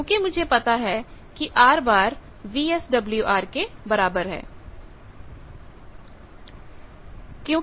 क्योंकि मुझे पता है कि R वीएसडब्ल्यूआर के बराबर है